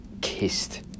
kissed